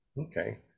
okay